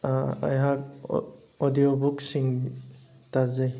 ꯑꯩꯍꯥꯛ ꯑꯣꯗꯤꯑꯣ ꯕꯨꯛꯁꯤꯡ ꯇꯥꯖꯩ